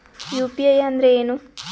UPI ಅಂದ್ರೆ ಏನು?